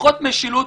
פחות משילות,